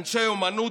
אנשי אומנות,